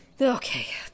Okay